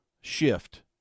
shift